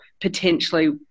potentially